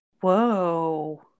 Whoa